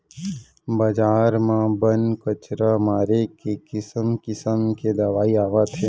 बजार म बन, कचरा मारे के किसम किसम के दवई आवत हे